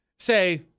Say